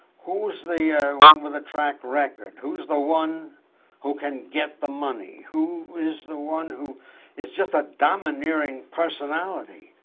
who's the one with a track record? who's the one who can get the money? who is the one who is just a domineering personality?